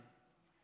כן.